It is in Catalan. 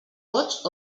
vots